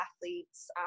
athletes